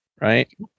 Right